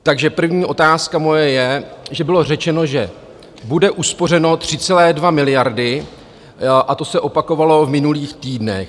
Takže první otázka moje je, že bylo řečeno, že bude uspořeno 3,2 miliardy, a to se opakovalo v minulých týdnech.